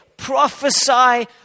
prophesy